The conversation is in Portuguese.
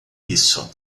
isso